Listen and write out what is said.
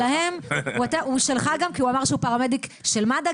שלהם והוא שלך גם כי הוא אמר שהוא פרמדיק של מד"א,